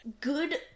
good